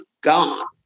gone